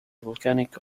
volcanic